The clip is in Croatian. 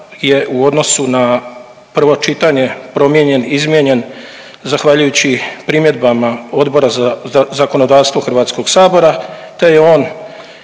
Hvala vama.